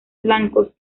blancos